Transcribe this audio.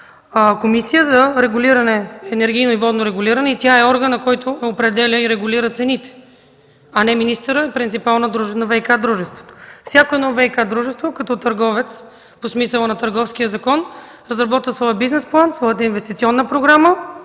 комисия за енергийно и водно регулиране и тя е органът, който определя и регулира цените, а не министърът – принципал на ВиК дружествата. Всяко едно ВиК дружество, като търговец по смисъла на Търговския закон, разработва своя бизнес план, своята инвестиционна програма